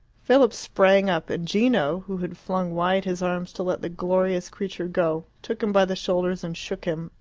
philip sprang up, and gino, who had flung wide his arms to let the glorious creature go, took him by the shoulders and shook him,